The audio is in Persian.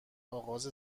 اغاز